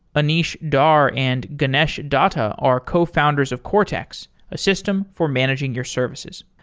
ah anish dhar and ganesh datta are cofounders of cortex, a system for managing your services.